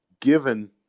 given